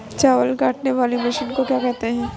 चावल काटने वाली मशीन को क्या कहते हैं?